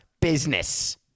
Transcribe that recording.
business